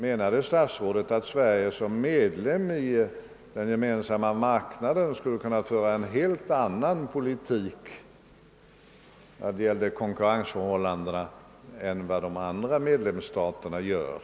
Menar herr statsrådet att Sverige som medlem i Gemensamma marknaden skulle kunna föra en helt annan politik vad beträffar konkurrensförhållandena än de andra medlemsstaterna gör?